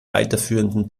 weiterführenden